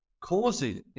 causing